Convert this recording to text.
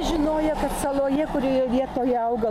žinojo kad saloje kurioje vietoje auga